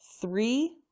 three